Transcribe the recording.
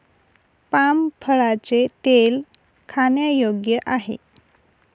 palm फळाचे तेल खाण्यायोग्य आहे